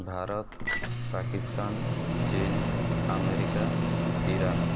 ଭାରତ ପାକିସ୍ତାନ ଚୀନ America Iran